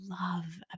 love